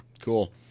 Cool